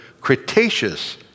Cretaceous